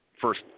first